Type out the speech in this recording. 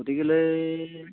গতিকেলৈ